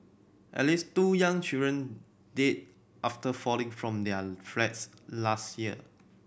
at least two young children died after falling from their flats last year